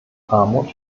armut